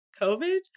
COVID